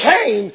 Cain